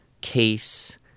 case